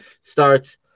starts